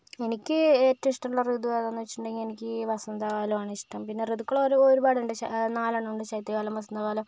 എനിക്ക് ഏറ്റവും ഇഷ്ടമുള്ള ഋതു ഏതാണെന്ന് വെച്ചിട്ടുണ്ടെങ്കിൽ എനിക്ക് വസന്തകാലമാണ് ഇഷ്ടം പിന്നെ ഋതുക്കൾ ഒരു ഒരുപാടുണ്ട് ശ നാലെണ്ണമുണ്ട് ശൈത്യകാലം വസന്തകാലം